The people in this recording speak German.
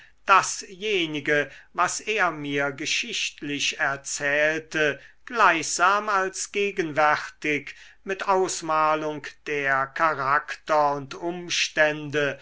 dasjenige was er mir geschichtlich erzählte gleichsam als gegenwärtig mit ausmalung der charakter und umstände